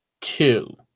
two